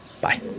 Bye